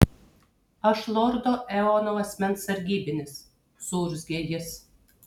aš lordo eono asmens sargybinis suurzgė jis